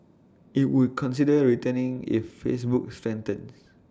IT would consider returning if Facebook strengthens